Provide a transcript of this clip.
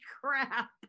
crap